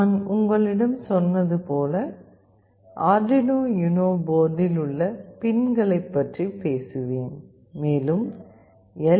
நான் உங்களிடம் சொன்னது போல் அர்டுயினோ யுனோ போர்டில் உள்ள பின்களைப் பற்றி பேசுவேன் மேலும் எல்